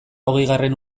hogeigarren